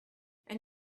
and